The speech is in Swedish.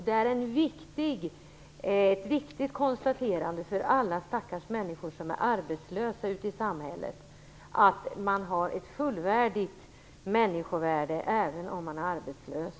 Det är ett viktigt konstaterande för alla stackars människor som är arbetslösa ute i samhället, att man har ett fullvärdigt människovärde även om man är arbetslös.